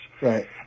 Right